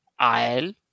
Ael